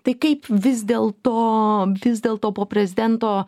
tai kaip vis dėlto vis dėlto po prezidento